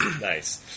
Nice